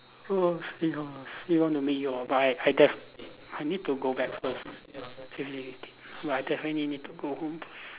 oh see how lah see want to make you oBike but I def~ I need to go back first actually I definitely need to go home